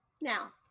now